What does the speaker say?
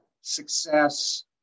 success